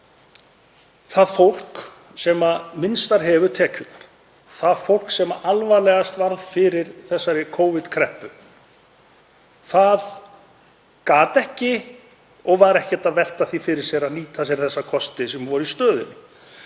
það fólk sem minnstar hefur tekjurnar, það fólk sem varð alvarlegast fyrir þessari Covid-kreppu, gat ekki og var ekkert að velta því fyrir sér að nýta sér þá kosti sem voru í stöðunni.